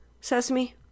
Sesame